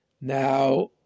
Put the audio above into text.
Now